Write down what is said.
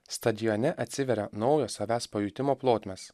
stadione atsiveria naujo savęs pajutimo plotmės